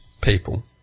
people